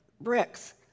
bricks